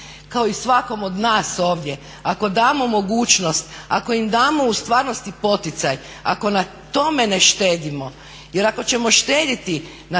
kao i svakom od nas ovdje, ako damo mogućnost, ako im damo u stvarnosti poticaj, ako na tome ne štedimo jer ako ćemo štediti na